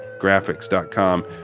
Graphics.com